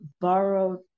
borrowed